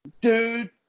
Dude